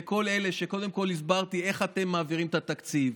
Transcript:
קודם כול, הסברתי איך אתם מעבירים את התקציב: